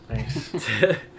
Thanks